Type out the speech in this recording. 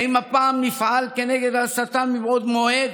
האם הפעם נפעל כנגד ההסתה מבעוד מועד?